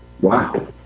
Wow